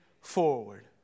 forward